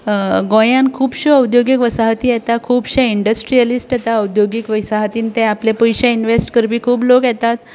गोंयांत खुबश्यो उद्द्योगीक वसाहती येतात खुबशे इंडस्ट्रीयलिस्ट येतात उद्द्योगीक वसाहतींत ते आपणाले पयशे इन्वेस्ट करपी खूब लोक येतात